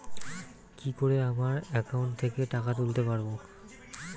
কি করে আমার একাউন্ট থেকে টাকা তুলতে পারব?